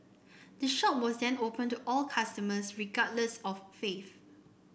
the shop was then opened to all customers regardless of faith